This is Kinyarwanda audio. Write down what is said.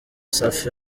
safi